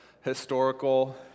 historical